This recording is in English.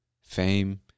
fame